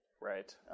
Right